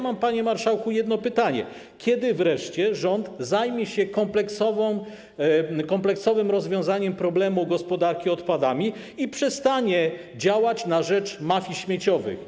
Mam, panie marszałku, jedno pytanie: Kiedy wreszcie rząd zajmie się kompleksowym rozwiązaniem problemu gospodarki odpadami i przestanie działać na rzecz mafii śmieciowych?